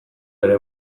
ere